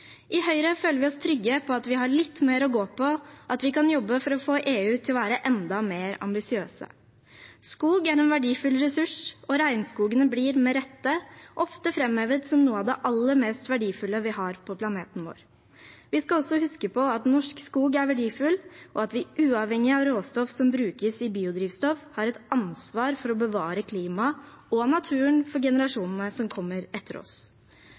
I Høyre føler vi oss trygge på at vi har litt mer å gå på, at vi kan jobbe for å få EU til å være enda mer ambisiøse. Skog er en verdifull ressurs, og regnskogene blir med rette ofte framhevet som noe av det aller mest verdifulle vi har på planeten vår. Vi skal også huske på at norsk skog er verdifull, og at vi uavhengig av råstoff som brukes i biodrivstoff, har et ansvar for å bevare klimaet og naturen for generasjonene som kommer etter oss.